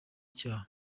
icyaha